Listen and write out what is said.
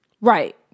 Right